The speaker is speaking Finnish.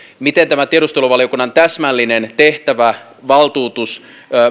miten tämä tiedusteluvaliokunnan täsmällinen tehtävä valtuutus